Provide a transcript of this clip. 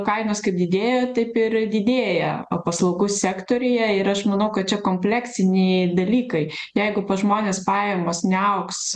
kainos kad didėjo taip ir didėja o paslaugų sektoriuje ir aš manau kad čia kompleksiniai dalykai jeigu pas žmones pajamos neaugs